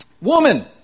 Woman